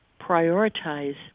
prioritize